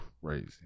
crazy